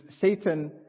Satan